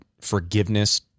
Forgiveness